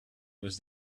was